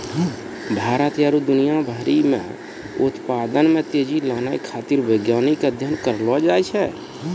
भारत आरु दुनिया भरि मे उत्पादन मे तेजी लानै खातीर वैज्ञानिक अध्ययन करलो जाय छै